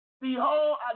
Behold